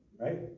right